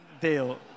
deal